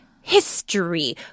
history